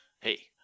hey